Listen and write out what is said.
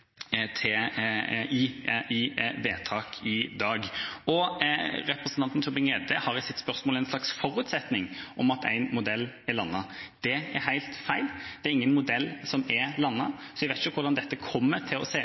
i vedtak i dag. Representanten Tybring-Gjedde har i sitt spørsmål en slags forutsetning om at én modell er landet. Det er helt feil. Det er ingen modell som er landet, så jeg vet ikke hvordan dette kommer til å se